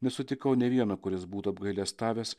nesutikau nė vieno kuris būtų apgailestavęs